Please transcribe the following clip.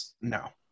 No